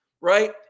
right